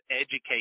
educate